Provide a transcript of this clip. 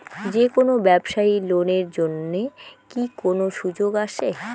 যে কোনো ব্যবসায়ী লোন এর জন্যে কি কোনো সুযোগ আসে?